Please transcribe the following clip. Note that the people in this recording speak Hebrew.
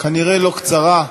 כנראה לא קצרה,